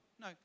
No